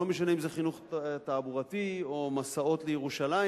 לא משנה אם זה חינוך תעבורתי או מסעות לירושלים,